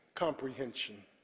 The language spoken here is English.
comprehension